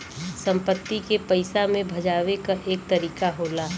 संपत्ति के पइसा मे भजावे क एक तरीका होला